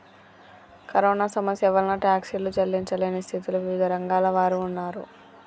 corona సమస్య వలన టాక్సీలు చెల్లించలేని స్థితిలో వివిధ రంగాల వారు ఉన్నారు